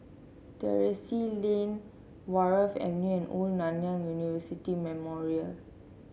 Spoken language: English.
Terrasse Lane Wharf Avenue and Old Nanyang University Memorial